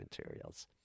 materials